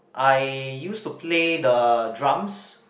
I used to play the drums